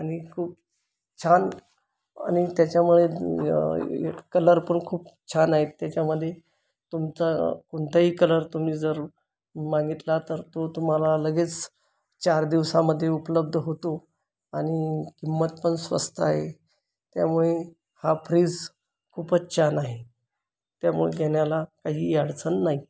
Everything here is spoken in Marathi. आणि खूप छान आणि त्याच्यामुळे कलर पण खूप छान आहेत त्याच्यामध्ये तुमचा कोणताही कलर तुम्ही जर मागितला तर तो तुम्हाला लगेच चार दिवसामध्ये उपलब्ध होतो आणि किंमत पण स्वस्त आहे त्यामुळे हा फ्रिज खुपच छान आहे त्यामुळे घेण्याला काहीही अडचण नाही